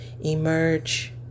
emerge